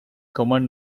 common